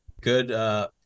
good